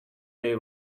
they